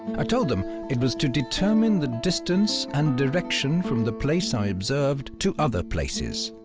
i told them it was to determine the distance and direction from the place i observed to other places,